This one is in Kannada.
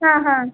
ಹಾಂ ಹಾಂ